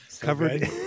Covered